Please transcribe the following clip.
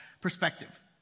Perspective